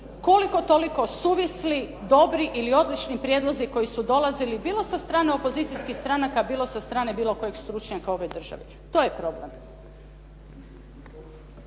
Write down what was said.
koliko toliko suvisli dobri ili odlični prijedlozi koji su dolazili bilo sa strane opozicijskih stranaka, bilo sa strane bilo kojeg stručnjaka ove države. To je problem.